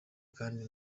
kandi